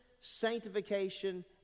sanctification